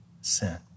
sin